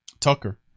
tucker